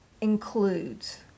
includes